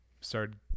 started